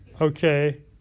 okay